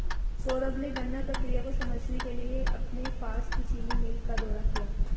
सौरभ ने गन्ना प्रक्रिया को समझने के लिए अपने पास की चीनी मिल का दौरा किया